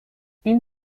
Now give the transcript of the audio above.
این